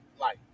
life